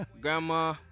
Grandma